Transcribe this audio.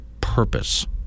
purpose